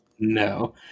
No